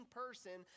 person